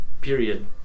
Period